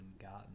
gotten